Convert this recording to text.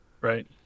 Right